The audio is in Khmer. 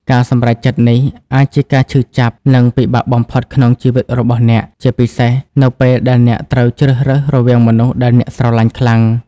ការសម្រេចចិត្តនេះអាចជាការឈឺចាប់ និងពិបាកបំផុតក្នុងជីវិតរបស់អ្នក ជាពិសេសនៅពេលដែលអ្នកត្រូវជ្រើសរើសរវាងមនុស្សដែលអ្នកស្រឡាញ់ខ្លាំង។